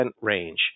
range